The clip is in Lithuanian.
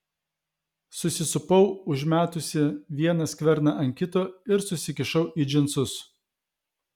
susisupau užmetusi vieną skverną ant kito ir susikišau į džinsus